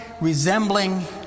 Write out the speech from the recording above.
resembling